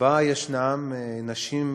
ובה יש נשים מסוימות